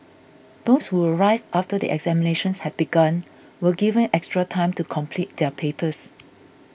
those who arrived after the examinations had begun were given extra time to complete their papers